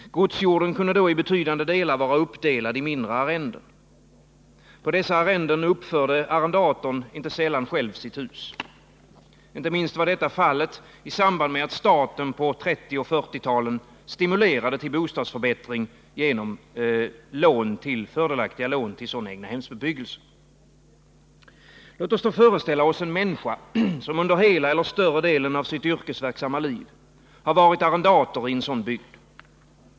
Godsjorden kunde då i betydande delar vara uppdelad i mindre arrenden. På dessa arrenden uppförde arrendatorn inte sällan själv sitt hus. Inte minst var detta fallet i samband med att staten på 1930 och 1940-talen stimulerade till bostadsförbättring genom fördelaktiga lån till sådan egnahemsbebyggelse. Låt oss föreställa oss en människa som under hela eller större delen av sitt yrkesverksamma liv varit arrendator i en sådan bygd.